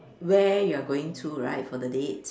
where you are going to right for the date